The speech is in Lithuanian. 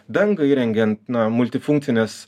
dangą įrengiant na multifunkcines